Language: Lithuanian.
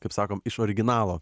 kaip sakom iš originalo